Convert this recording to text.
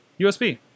USB